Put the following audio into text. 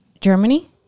Germany